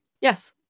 yes